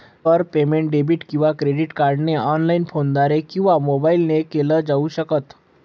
कर payment debit किंवा credit कार्डने ऑनलाइन, फोनद्वारे किंवा मोबाईल ने केल जाऊ शकत